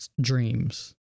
dreams